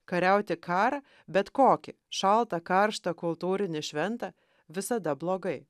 kariauti karą bet kokį šaltą karštą kultūrinį šventą visada blogai